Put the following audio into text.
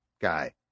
guy